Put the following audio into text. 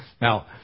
Now